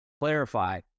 clarify